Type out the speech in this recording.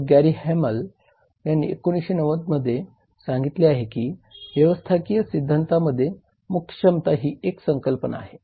Prahalad व Gary Hamel यांनी 1990 मध्ये सांगितले आहे की व्यवस्थापकीय सिद्धांतामध्ये मुख्य क्षमता ही एक संकल्पना आहे